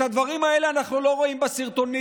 את הדברים האלה אנחנו לא רואים בסרטונים.